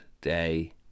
day